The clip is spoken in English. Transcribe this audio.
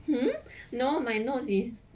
hmm no my notes is